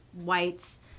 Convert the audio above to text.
whites